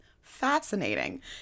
fascinating